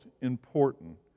important